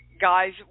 guys